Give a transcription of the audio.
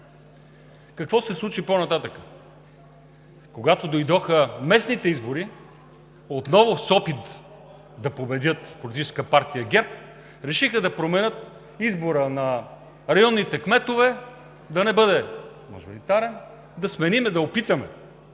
Какво се случи по-нататък? Когато дойдоха местните избори, отново с опит да победят Политическа партия ГЕРБ, решиха да променят избора на районните кметове – да не бъде мажоритарен. Да сменим, да опитаме.